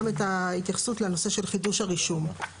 את ההתייחסות לנושא של חידוש הרישום.